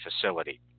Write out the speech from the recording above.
facility